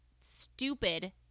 stupid